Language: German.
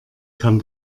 kann